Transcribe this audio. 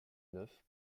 neuf